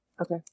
Okay